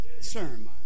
sermon